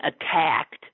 attacked